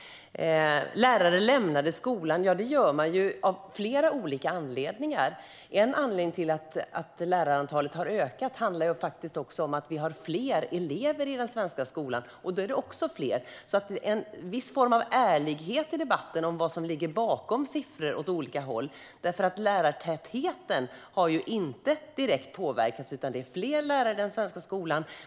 Lärare lämnade skolan. Ja, det gör man ju av flera olika anledningar. Men en anledning till att lärarantalet har ökat är att vi har fler elever i den svenska skolan. En viss form av ärlighet måste finnas i debatten om vad som ligger bakom siffror som går åt olika håll. Lärartätheten har ju inte direkt påverkats, utan det är fler lärare i den svenska skolan.